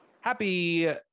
Happy